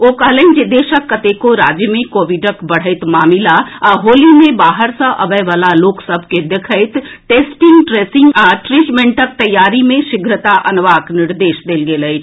ओ कहलनि जे देशक कतेको राज्य मे कोविडक बढ़ैत मामिला आ होली मे बाहर सँ अबए बला लोक सभ के देखैत टेस्टिंग ट्रेसिंग आ ट्रीटमेंटक तैयारी मे शीघ्रता अनबाक निर्देश देल गेल अछि